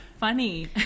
funny